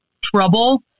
trouble